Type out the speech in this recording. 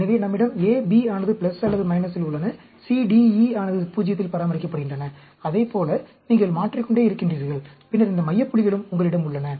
எனவே நம்மிடம் A B ஆனது அல்லது - இல் உள்ளன C D E ஆனது 0 இல் பராமரிக்கப்படுகின்றன அதைப் போல நீங்கள் மாற்றிக்கொண்டே இருக்கின்றீர்கள் பின்னர் இந்த மைய புள்ளிகளும் உங்களிடம் உள்ளன